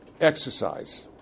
exercise